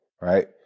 right